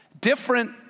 different